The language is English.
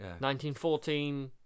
1914